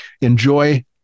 enjoy